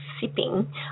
sipping